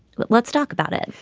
but let's talk about it.